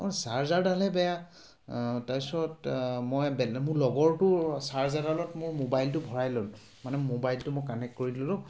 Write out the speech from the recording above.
আৰু চাৰ্জাৰডালহে বেয়া তাৰপিছত মই বেলে মোৰ লগৰটোৰ চাৰ্জাৰডালত মোৰ মোবাইলটো ভৰাই ল'লোঁ মানে মোবাইলটো মই কানেক্ট কৰি দিলোঁ